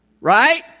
Right